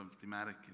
thematic